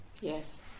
Yes